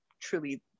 truly